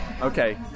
Okay